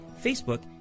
Facebook